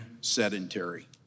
sedentary